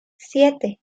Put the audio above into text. siete